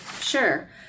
Sure